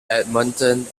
edmonton